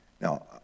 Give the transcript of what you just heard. Now